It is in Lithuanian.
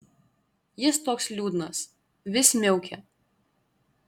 jis toks liūdnas vis miaukia